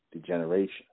degeneration